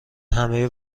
همهی